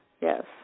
yes